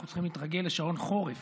אנחנו צריכים להתרגל לשעון חורף.